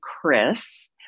Chris